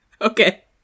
Okay